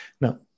Now